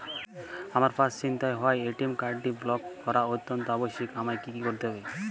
আমার পার্স ছিনতাই হওয়ায় এ.টি.এম কার্ডটি ব্লক করা অত্যন্ত আবশ্যিক আমায় কী কী করতে হবে?